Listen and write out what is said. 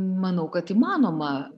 manau kad įmanoma